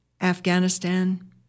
Afghanistan